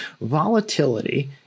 Volatility